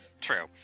True